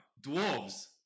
Dwarves